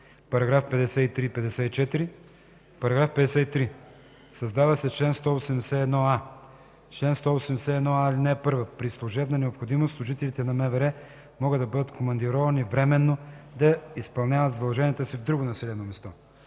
параграфи 53 и 54: „§ 53. Създава се чл. 181а: „Чл. 181а.(1) При служебна необходимост служителите на МВР могат да бъдат командировани временно да изпълняват задълженията си в друго населено място.